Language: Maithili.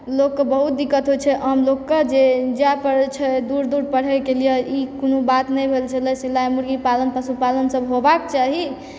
लोकके बहुत दिक्कत होइ छै आम लोकके जे जाए पड़ै छै दूर दूर पढ़यके लिए ई कोनो बात नहि भेल छलै सिलाइ पशुपालन मुर्गी पालन ई सब होबाक चाही